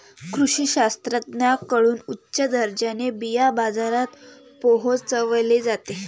कृषी शास्त्रज्ञांकडून उच्च दर्जाचे बिया बाजारात पोहोचवले जाते